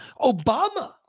Obama